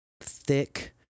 thick